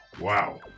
wow